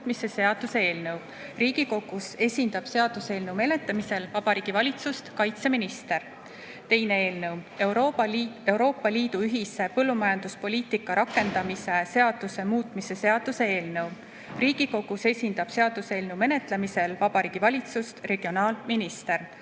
muutmise seaduse eelnõu. Riigikogus esindab seaduseelnõu menetlemisel Vabariigi Valitsust kaitseminister. Teine eelnõu: Euroopa Liidu ühise põllumajanduspoliitika rakendamise seaduse muutmise seaduse eelnõu. Riigikogus esindab seaduseelnõu menetlemisel Vabariigi Valitsust regionaalminister.